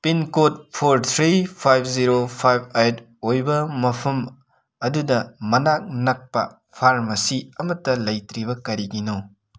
pin code four three five zero five eight ꯑꯣꯏꯕ ꯃꯐꯝ ꯑꯗꯨꯗ ꯃꯅꯥꯛ ꯅꯛꯄ ꯐꯥꯔꯃꯥꯁꯤ ꯑꯃꯠꯇ ꯂꯩꯇ꯭ꯔꯤꯕ ꯀꯔꯤꯒꯤꯅꯣ